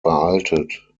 veraltet